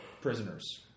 prisoners